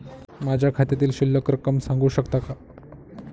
माझ्या खात्यातील शिल्लक रक्कम सांगू शकता का?